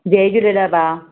जय झूलेलाल ब भाउ